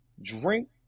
drink